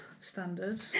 Standard